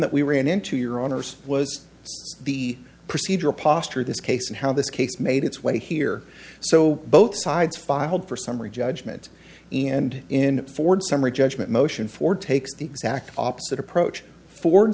that we ran into your owners was the procedure posture this case and how this case made its way here so both sides filed for summary judgment and in ford's summary judgment motion for take the exact opposite approach for